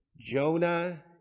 Jonah